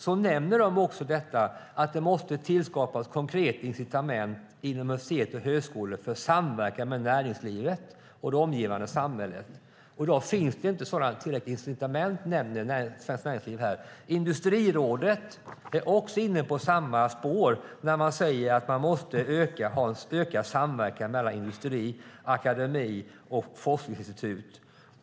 De nämner att det måste skapas konkreta incitament inom universitet och högskolor för samverkan med näringslivet och det omgivande samhället. I dag finns inte tillräckliga incitament, nämner Svenskt Näringsliv. Industrirådet är också inne på samma spår när man säger att det måste finnas en ökad samverkan mellan industri, akademi och forskningsinstitut.